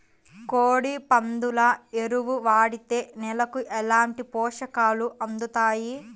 కోడి, పందుల ఎరువు వాడితే నేలకు ఎలాంటి పోషకాలు అందుతాయి